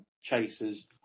chasers